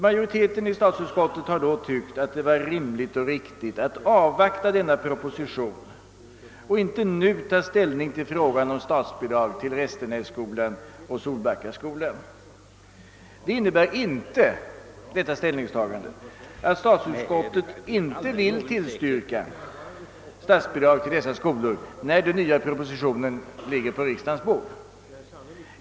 Majoriteten i statsutskottet har då tyckt det vara rimligt och riktigt att avvakta denna proposition och inte nu ta ställning till frågan om statsbidrag till Restenässkolan och Solbackaskolan. Detta ställningstagande innebär inte, att statsutskottet inte vill tillstyrka statsbidrag till dessa skolor, när vi skall behandla den väntade propositionen.